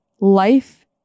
Life